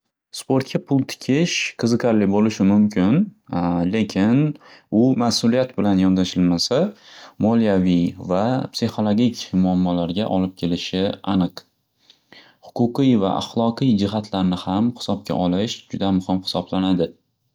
Sportga pul tikish qiziqarli bo'lishi mumkin, lekin u ma'sulyat bilan yondashilmasa moliyaviy va pisxiologik muammolarga olib kelishi aniq. Huquqiy va axloqiy jihatlarni ham hisobga olish juda muhim hisoblanadi.